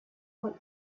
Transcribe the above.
what